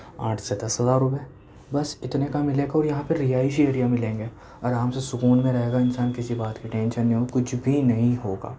آٹھ سے دس ہزار روپئے بس اِتنے کا مِلے گا اور یہاں پہ رہائشی ایریا ملیں گے آرام سے سکون میں رہے گا انسان کسی بات کی ٹینشن نہیں ہوگی کچھ بھی نہیں ہوگا